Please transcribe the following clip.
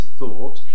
thought